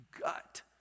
gut